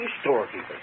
storekeepers